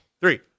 Three